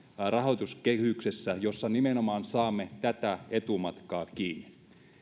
rahoituskehyksessä jossa nimenomaan saamme tätä etumatkaa kiinni